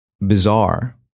bizarre